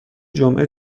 جمعه